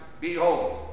behold